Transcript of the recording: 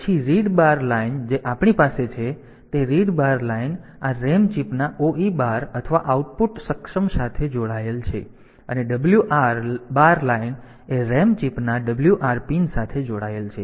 પછી read bar line જે આપણી પાસે છે તે રીડ બાર લાઇન આ RAM ચિપના OE બાર અથવા આઉટપુટ સક્ષમ સાથે જોડાયેલ છે અને WR બાર લાઇન એ RAM ચિપના WR પિન સાથે જોડાયેલ છે